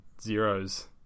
zeros